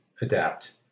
adapt